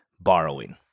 borrowing